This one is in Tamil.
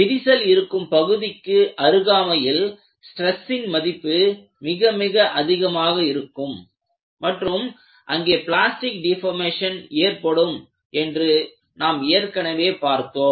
விரிசல் இருக்கும் பகுதிக்கு அருகாமையில் ஸ்ட்ரெஸ்சின் மதிப்பு மிக மிக அதிகமாக இருக்கும் மற்றும் அங்கே பிளாஸ்டிக் டெபோர்மேஷன் ஏற்படும் என்று நாம் ஏற்கனவே பார்த்தோம்